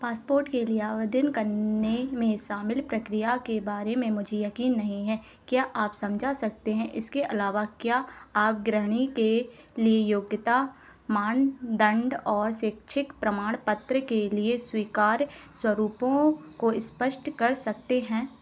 passport के लिए आवेदन करने में शामिल प्रक्रिया के बारे में मुझे यकीन नहीं है क्या आप समझा सकते हैं इसके अलावा क्या आप गृहिणी के लिए योग्यता मानदंड और शैक्षिक प्रमाणपत्र के लिए स्वीकार्य स्वरूपों को स्पष्ट कर सकते हैं